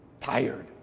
tired